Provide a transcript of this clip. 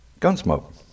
gunsmoke